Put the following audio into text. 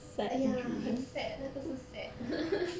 ya 很 sad 那个是 sad